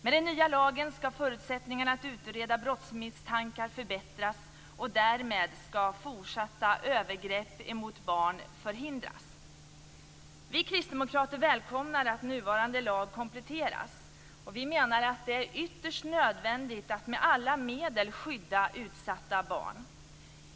Med den nya lagen ska förutsättningarna att utreda brottsmisstankar förbättras och därmed ska fortsatta övergrepp mot barn förhindras. Vi kristdemokrater välkomnar att nuvarande lag kompletteras. Vi menar att det är ytterst nödvändigt att med alla medel skydda utsatta barn.